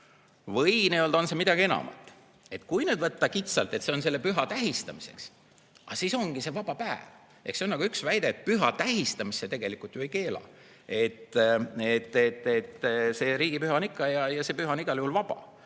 või on see midagi enamat. Kui nüüd võtta kitsalt, et see on selle püha tähistamiseks, siis [selleks] ongi see vaba päev. See on nagu üks väide, et püha tähistamist see tegelikult ju ei keela. Riigipüha on ikka ja see päev on igal juhul vaba.